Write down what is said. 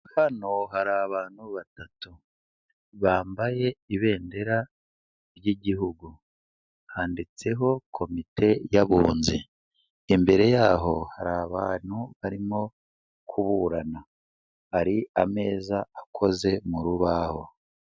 Hano hari abantu batatu, bambaye ibendera ry'igihugu, handitseho komite y'abunzi, imbere yaho hari abantu barimo kuburana, hari ameza akoze mu rubaho.